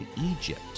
Egypt